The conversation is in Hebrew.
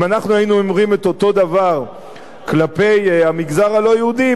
אם אנחנו היינו אומרים אותו דבר כלפי המגזר הלא-יהודי,